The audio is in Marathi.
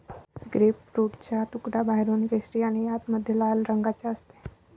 ग्रेपफ्रूटचा तुकडा बाहेरून केशरी आणि आतमध्ये लाल रंगाचा असते